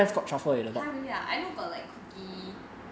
!huh! really ah I know got like cookie